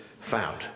found